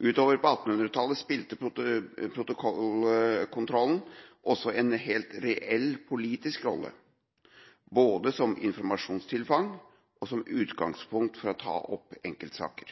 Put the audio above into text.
Utover på 1800-tallet spilte protokollkontrollen også en helt reell politisk rolle, både som informasjonstilfang og som utgangspunkt for å ta opp enkeltsaker.